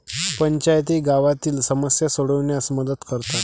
पंचायती गावातील समस्या सोडविण्यास मदत करतात